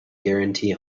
guarantee